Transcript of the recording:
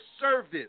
service